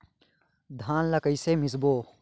धान ला कइसे मिसबो?